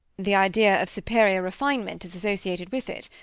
the idea of superior refinement is associated with it.